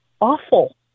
awful